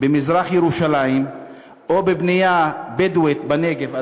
במזרח-ירושלים או בבנייה בדואית בנגב,